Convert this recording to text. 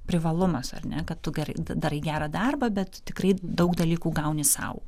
privalumas ar ne kad tu gerai darai gerą darbą bet tikrai daug dalykų gauni sau